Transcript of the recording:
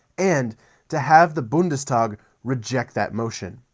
and to have the bundestag reject that motion